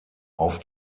auf